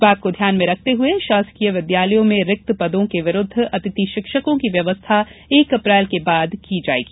इस बात को ध्यान में रखते हुए शासकीय विद्यालयों में रिक्त पदों के विरुद्ध अतिथि शिक्षकों की व्यवस्था एक अप्रैल के बाद की जायेगी